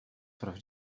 praw